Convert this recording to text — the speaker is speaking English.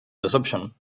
deception